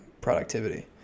productivity